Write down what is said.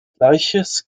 gleiches